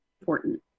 important